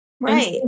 Right